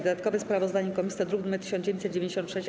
Dodatkowe sprawozdanie komisji to druk nr 1996-A.